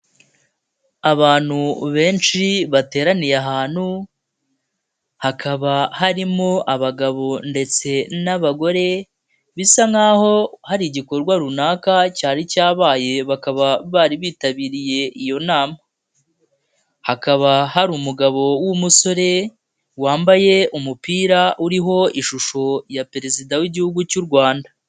Abantu benshi bateraniye ahantu, hakaba harimo abagabo ndetse n'abagore, bisa nk'aho hari igikorwa runaka cyari cyabaye bakaba bari bitabiriye iyo nama, hakaba hari umugabo w'umusore wambaye umupira uriho ishusho ya perezida w'igihugu cy'u Rwanda.